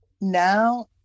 Now